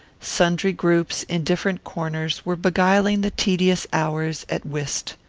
sundry groups, in different corners, were beguiling the tedious hours at whist.